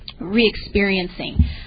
re-experiencing